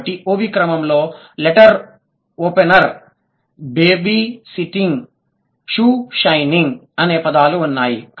కాబట్టి OV క్రమంలోని letter opener babysitting shoe shining అనే పదాలు ఉన్నాయి